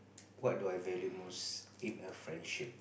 what do I value most in a friendship